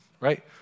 right